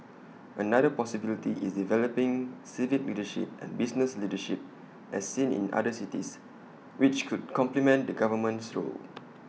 another possibility is developing civic leadership and business leadership as seen in other cities which could complement the government's role